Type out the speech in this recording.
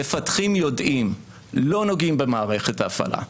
מפתחים יודעים שלא נוגעים במערכת ההפעלה.